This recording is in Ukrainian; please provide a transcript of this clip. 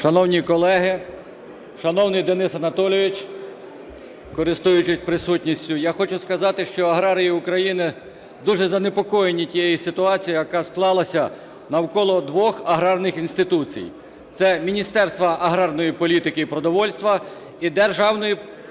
Шановні колеги, шановний Денис Анатолійович, користуючись присутністю, я хочу сказати, що аграрії України дуже занепокоєні тією ситуацією, яка склалася навколо двох аграрних інституцій, це Міністерство аграрної політики і продовольства і Державної